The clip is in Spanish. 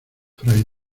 fray